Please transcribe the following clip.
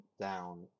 down